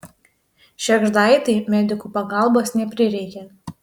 šėgždaitei medikų pagalbos neprireikė